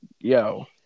yo